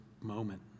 moment